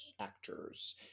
actors